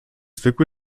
zwykły